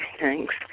thanks